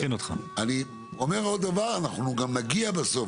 אני אומר עוד דבר: אנחנו גם נגיע בסוף,